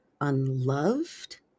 unloved